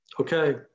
Okay